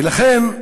ולכן,